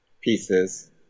pieces